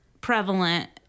prevalent